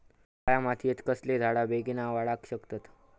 काळ्या मातयेत कसले झाडा बेगीन वाडाक शकतत?